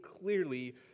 clearly